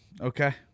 Okay